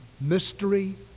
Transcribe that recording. mystery